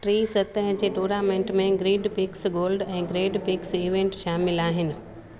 T सतह जे tournament में ग्रीड पिक्स गोल्ड ऐं ग्रैंड पिक्स इवेंट शामिलु आहिनि